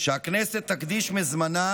מפונים במלונות,